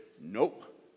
Nope